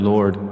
Lord